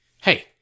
hey